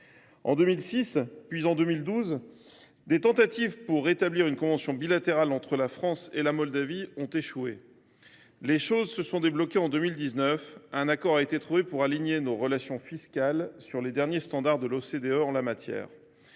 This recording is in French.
En 2006, puis en 2012, des tentatives pour établir une convention bilatérale entre la France et la Moldavie ont échoué. Les choses se sont débloquées en 2019 : un accord a été trouvé pour aligner nos relations fiscales sur les derniers standards de l’OCDE en la matière.